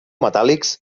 metàl·lics